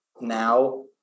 now